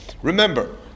Remember